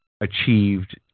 achieved